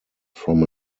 from